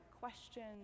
questions